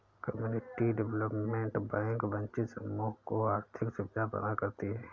community development bank वंचित समूह को आर्थिक सुविधा प्रदान करती है